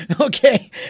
Okay